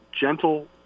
gentle